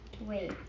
Wait